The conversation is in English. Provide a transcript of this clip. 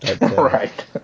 Right